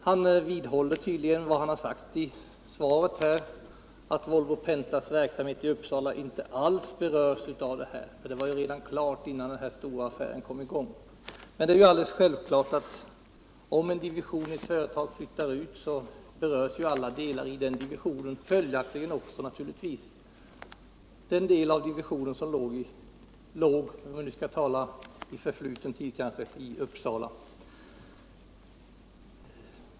Han vidhåller tydligen vad han har sagt i svaret, att Volvo Pentas verksamhet i Uppsala inte alls berörs av den här affären — nedläggningen i Uppsala var beslutad innan denna stora affär kom i gång. Men det är alldeles självklart att om en division i ett företag flyttar ut berörs alla delar i den divisionen, följaktligen också den del av divisionen som låg — ja, jag skall kanske tala i förfluten tid — i Uppsala.